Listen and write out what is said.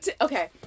okay